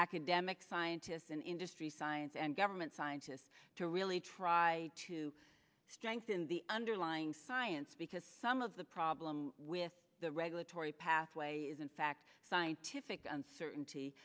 academics scientists in industry science and government scientists to really try to strengthen the underlying science because some of the problem with the regulatory pathway is in fact scientific uncertainty